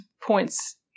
points